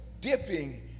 dipping